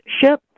ship